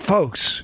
Folks